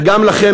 וגם לכם,